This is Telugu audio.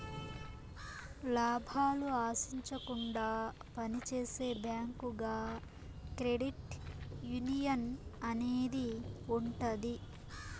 లాభాలు ఆశించకుండా పని చేసే బ్యాంకుగా క్రెడిట్ యునియన్ అనేది ఉంటది